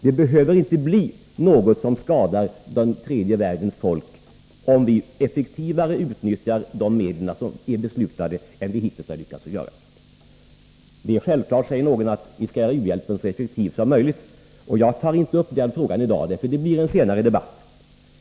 Detta behöver inte bli något som skadar tredje världens folk, om vi effektivare utnyttjar de medel som är beslutade än vi hittills lyckats göra. Det är självklart, säger någon, att vi skall göra u-hjälpen så effektiv som möjligt. Men jag tar inte upp den frågan i dag — det får bli en senare debatt.